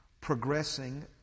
Progressing